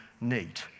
need